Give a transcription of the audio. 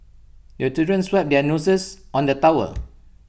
the childrens wipe their noses on the towel